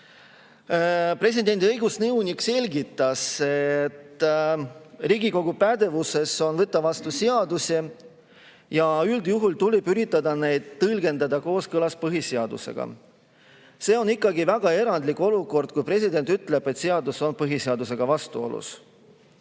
Presidendi õigusnõunik selgitas, et Riigikogu pädevuses on võtta vastu seadusi ja üldjuhul tuleb üritada neid tõlgendada kooskõlas põhiseadusega. See on ikkagi väga erandlik olukord, kui president ütleb, et seadus on põhiseadusega vastuolus.